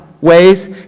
ways